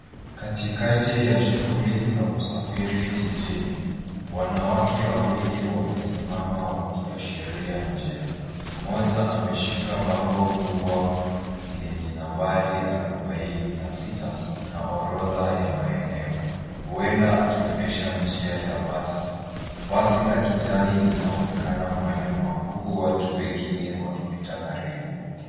Katikati ya shughuli za usafiri jijini, wanawake wawili wamesimama wakiashiria njia. Mmoja ameshika bango kubwa lenye nambari 40 na 6, na orodha ya maeneo. Huenda akionesha njia ya basi. Basi la kijani linaonekana kwa nyuma, huku watu wengine wakipita karibu.